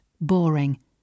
boring